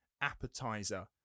appetizer